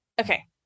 Okay